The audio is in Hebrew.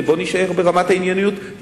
ובוא נישאר ברמת הענייניות.